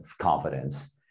confidence